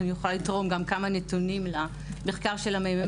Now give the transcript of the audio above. אני יכולה גם לתרום כמה נתונים למחקר של המ.מ.מ.